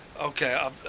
Okay